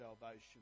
salvation